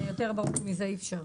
יותר ברור מזה אי אפשר.